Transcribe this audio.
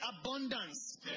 abundance